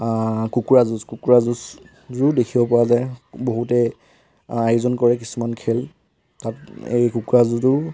কুকুৰা যুঁজ কুকুৰা যুঁজো দেখিব পোৱা যায় বহুতে আয়োজন কৰে কিছুমান খেল তাত এই কুকুৰা যুঁজো